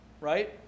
Right